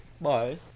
Bye